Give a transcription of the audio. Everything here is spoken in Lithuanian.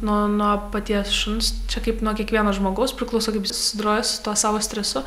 nuo nuo paties šuns čia kaip nuo kiekvieno žmogaus priklauso kaip jis susidoroja su tuo savo stresu